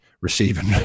receiving